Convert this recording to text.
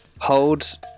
hold